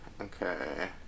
Okay